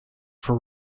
for